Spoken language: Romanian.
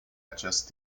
acest